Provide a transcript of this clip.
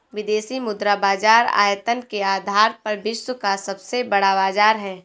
विदेशी मुद्रा बाजार आयतन के आधार पर विश्व का सबसे बड़ा बाज़ार है